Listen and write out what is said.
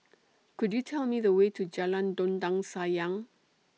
Could YOU Tell Me The Way to Jalan Dondang Sayang